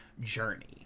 journey